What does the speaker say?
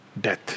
death